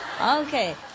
Okay